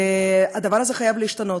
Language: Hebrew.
והדבר הזה חייב להשתנות.